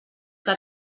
que